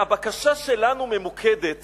והבקשה שלנו ממוקדת